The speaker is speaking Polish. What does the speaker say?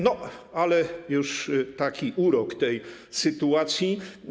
No ale już taki urok tej sytuacji.